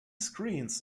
screens